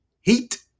heat